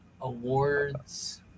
awards